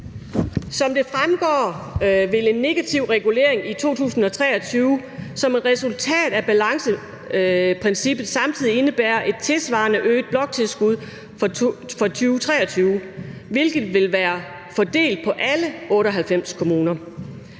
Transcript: Som det fremgår, vil en negativ regulering i 2023 som et resultat af balanceprincippet samtidig indebære et tilsvarende øget bloktilskud for 2023, hvilket ville være fordelt på alle 98 kommuner.